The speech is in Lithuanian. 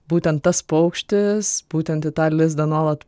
būtent tas paukštis būtent į tą lizdą nuolat